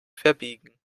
verbiegen